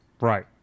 Right